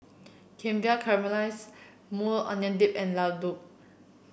Kimbap Caramelized Maui Onion Dip and Ladoo